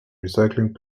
recycling